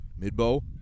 Midbow